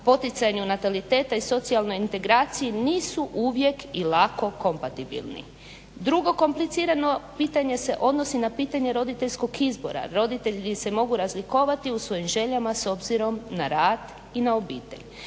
poticanju nataliteta i socijalnoj integraciji nisu uvijek i lako kompatibilni. Drugo komplicirano pitanje se odnosi na pitanje roditeljskog izbora, roditelji se mogu razlikovati u svojim željama s obzirom na rad i na obitelj,